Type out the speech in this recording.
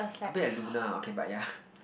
a bit like Luna okay but ya